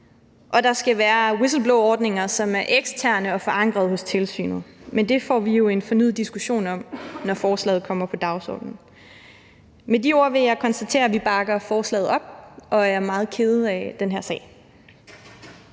Der skal være whistleblowerordninger, som er eksterne og forankret hos tilsynet. Men det får vi jo en fornyet diskussion om, når forslaget kommer på dagsordenen. Med de ord vil jeg konstatere, at vi bakker forslaget op og er meget kede af den her sag.